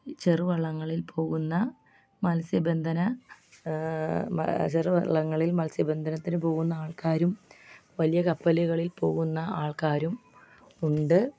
ചെറുവള്ളങ്ങളിൽ പോകുന്ന മത്സ്യബന്ധന ചെറുവള്ളങ്ങളിൽ മത്സ്യ ബന്ധനത്തിന് പോകുന്ന ആൾക്കാരും വലിയ കപ്പലുകളിൽ പോകുന്ന ആൾക്കാരും ഉണ്ട്